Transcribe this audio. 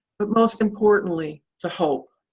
but most importantly, the hope.